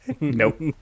Nope